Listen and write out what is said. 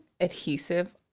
adhesive